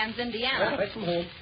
Indiana